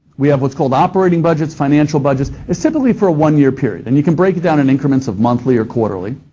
we have what's called operating budgets, financial budgets, it's typically for a one-year period, and you can break it down in increments of monthly or quarterly,